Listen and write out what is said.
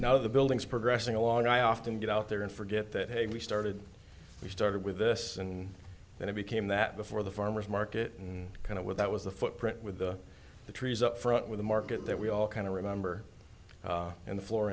now the buildings progressing along i often get out there and forget that hey we started we started with this and then i became that before the farmer's market and kind of where that was the footprint with the trees up front with a market that we all kind of remember and the floor